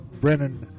Brennan